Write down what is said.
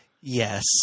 Yes